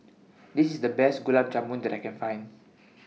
This IS The Best Gulab Jamun that I Can Find